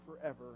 forever